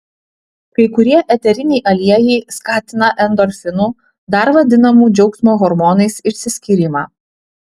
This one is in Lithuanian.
kai kurie eteriniai aliejai skatina endorfinų dar vadinamų džiaugsmo hormonais išsiskyrimą